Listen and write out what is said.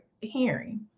hearing